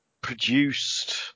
produced